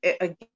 again